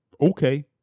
okay